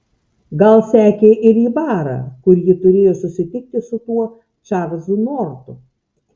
gal sekė ir į barą kur ji turėjo susitikti su tuo čarlzu nortu